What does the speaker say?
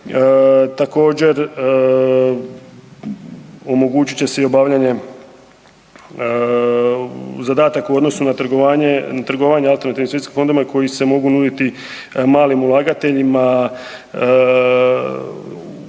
Također, omogućit će se i obavljanje zadataka u odnosu na trgovanje alternativnim investicijskim fondovima koji se mogu nuditi malim ulagateljima